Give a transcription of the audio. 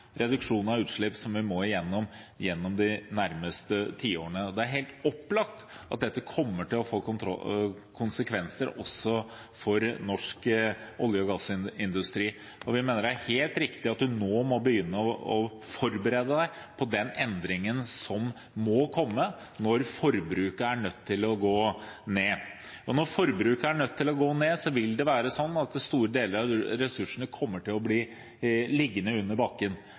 helt opplagt at dette kommer til å få konsekvenser også for norsk olje- og gassindustri, og vi mener at det er helt riktig at vi nå må begynne å forberede oss på den endringen som må komme når forbruket er nødt til å gå ned. Når forbruket er nødt til å gå ned, kommer store deler av ressursene til å bli liggende under bakken.